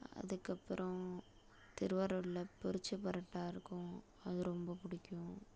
அதுக்கப்புறம் திருவாரூர்ல பொரித்த பரோட்டா இருக்கும் அது ரொம்ப பிடிக்கும்